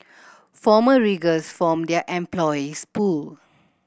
former riggers form their employees pool